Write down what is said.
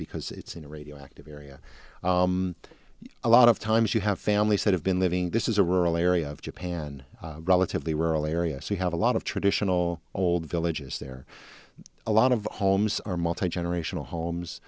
because it's in a radioactive area a lot of times you have families that have been living this is a rural area of japan relatively rural area so you have a lot of traditional old villages there a lot of homes are multigenerational homes